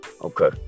Okay